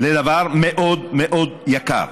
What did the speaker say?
לדבר מאוד מאוד יקר.